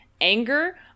Anger